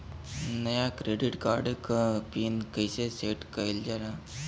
नया debit card क PIN कईसे सेट कईल जाला?